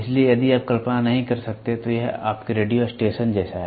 इसलिए यदि आप कल्पना नहीं कर सकते तो यह आपके रेडियो स्टेशन जैसा है